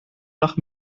nach